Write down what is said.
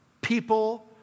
people